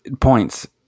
Points